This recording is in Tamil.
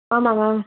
ஆமாம் மேம்